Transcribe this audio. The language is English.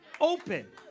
Open